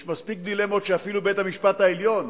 יש מספיק דילמות, ואפילו בית-המשפט העליון